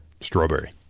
Strawberry